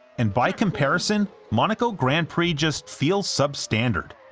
and by comparison, monaco grand prix just feels substandard,